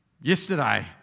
Yesterday